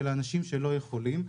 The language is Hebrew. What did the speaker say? של האנשים שלא יכולים,